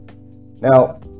now